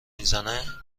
میزنه